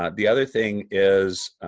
ah the other thing is,